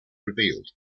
revealed